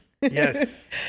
yes